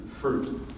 Fruit